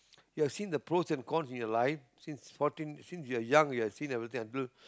you have seen the pros and cons in your life since fourteen since you are young you have seen everything until